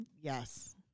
yes